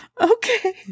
Okay